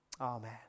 Amen